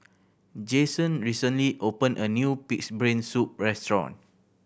Jasen recently opened a new Pig's Brain Soup restaurant